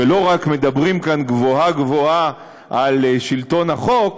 ולא רק מדברים כאן גבוהה-גבוהה על שלטון החוק,